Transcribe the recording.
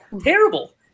Terrible